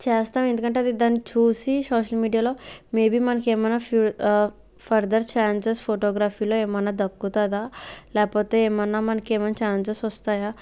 చేస్తా ఎందుకంటే దాన్ని చూసి సోషల్ మీడియాలో మేబి మనకేమైనా ఫ ఫర్దర్ ఛాన్సెస్ ఫోటోగ్రఫీలో ఏమన్నా దక్కుతుందా లేకపోతే మన మనకి ఏమన్నా ఛాన్సెస్ వస్తాయా